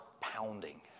pounding